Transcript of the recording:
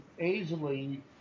easily